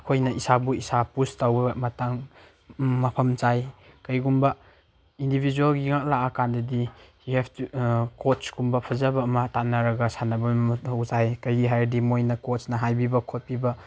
ꯑꯩꯈꯣꯏꯅ ꯏꯁꯥꯕꯨ ꯏꯁꯥ ꯄꯨꯁ ꯇꯧꯕ ꯃꯇꯥꯡ ꯃꯐꯝ ꯆꯥꯏ ꯀꯔꯤꯒꯨꯝꯕ ꯏꯟꯗꯤꯕꯤꯖ꯭ꯋꯦꯜꯒꯤ ꯉꯥꯛꯇ ꯂꯥꯛꯑ ꯀꯥꯟꯗꯗꯤ ꯌꯨ ꯍꯦꯞ ꯇꯨ ꯀꯣꯠꯁꯀꯨꯝꯕ ꯐꯖꯕ ꯑꯃ ꯇꯥꯟꯅꯔꯒ ꯁꯥꯟꯅꯕ ꯃꯊꯧ ꯇꯥꯏ ꯀꯩꯒꯤ ꯍꯥꯏꯔꯗꯤ ꯃꯣꯏꯅ ꯀꯣꯠꯁꯅ ꯍꯥꯏꯕꯤꯕ ꯈꯣꯠꯄꯤꯕ